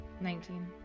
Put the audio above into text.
Nineteen